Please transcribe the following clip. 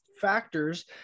factors